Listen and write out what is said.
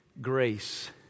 grace